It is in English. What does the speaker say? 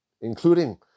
including